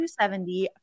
270